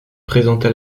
présenta